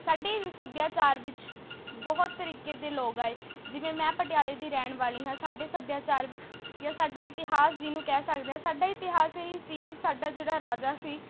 ਸਾਡੇ ਸੱਭਿਆਚਾਰ ਵਿੱਚ ਬਹੁਤ ਤਰੀਕੇ ਦੇ ਲੋਕ ਆਏ ਜਿਵੇਂ ਮੈਂ ਪਟਿਆਲੇ ਦੀ ਰਹਿਣ ਵਾਲੀ ਹਾਂ ਸਾਡੇ ਸੱਭਿਆਚਾਰ ਵਿੱਚ ਜਾਂ ਸਾਡਾ ਇਤਿਾਹਸ ਜਿਹਨੂੰ ਕਹਿ ਸਕਦੇ ਹਾਂ ਸਾਡਾ ਇਤਿਹਾਸ ਇਹੀ ਸੀ ਕਿ ਸਾਡਾ ਜਿਹੜਾ ਰਾਜਾ ਸੀ